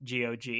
GOG